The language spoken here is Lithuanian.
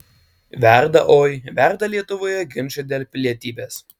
verda oi verda lietuvoje ginčai dėl pilietybės